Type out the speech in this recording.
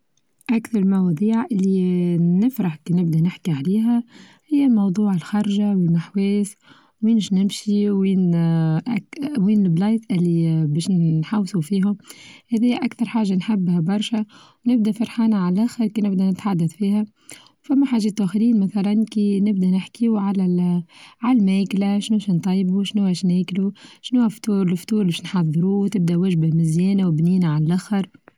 أكثر المواضيع اللى نفرح كنا بدنا نحكي عليها هي موضوع الخرجة والمحواس وينيش نمشي وين-وين البلايت الي باش نحوصو فيهم، هذاي اكثر حاچة نحبها برشا ونبدا فرحانة على الاخر كنا بدنا نتحدث فيها، فما حاچة توخين مثلا كى نبدأ نحكي وعلى ال على المجلاش ويش نطيبو شنو واش ناكلو شنوا الفطور الفطور باش نحضرو وتبدأ وجبة مزيانة وبنينة عاللخر.